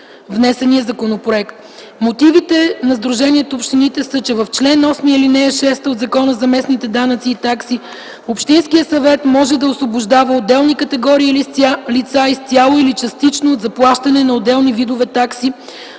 внесения законопроект. Мотивите на Националното сдружение на общините са, че в чл. 8, ал. 6 от Закона за местните данъци и такси общинският съвет може да освобождава отделни категории лица изцяло или частично от заплащане на отделни видове такси